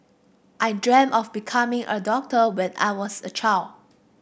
I dreamt of becoming a doctor when I was a child